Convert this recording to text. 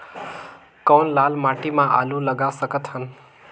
कौन लाल माटी म आलू लगा सकत हन?